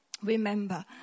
Remember